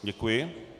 Děkuji.